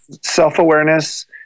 self-awareness